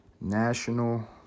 National